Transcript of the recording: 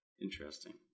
Interesting